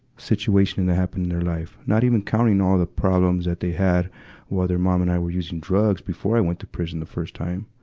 situation that happened in their life, not even counting all the problems that they had while their mom and i were using drugs before i went to prison the first time.